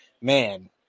man